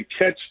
catch